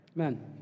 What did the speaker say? Amen